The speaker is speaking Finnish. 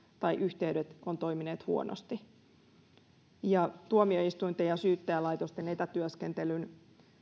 tai yhteydet ovat toimineet huonosti tuomioistuinten ja syyttäjälaitoksen etätyöskentelyn